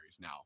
now